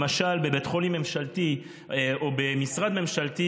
למשל בבית חולים ממשלתי או במשרד ממשלתי,